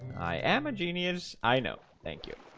i am a genius. i know. thank you